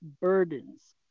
burdens